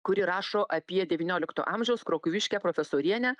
kuri rašo apie devyniolikto amžiaus krokuviškę profesorienę